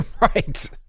Right